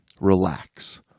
Relax